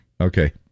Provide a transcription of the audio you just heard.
Okay